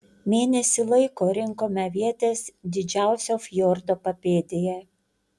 mėnesį laiko rinkome avietes didžiausio fjordo papėdėje